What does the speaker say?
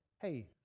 hey